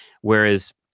Whereas